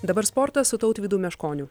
dabar sportas su tautvydu meškoniu